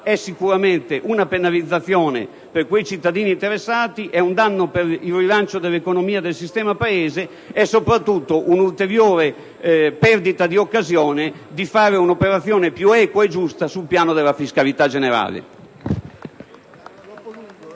è sicuramente una penalizzazione per quei cittadini interessati, è un danno per il rilancio dell'economia del sistema Paese e, soprattutto, è un'ulteriore perdita di occasione per compiere un'operazione più equa e giusta sul piano della fiscalità generale.